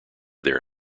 their